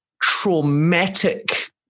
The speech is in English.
traumatic